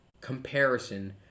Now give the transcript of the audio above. comparison